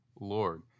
Lord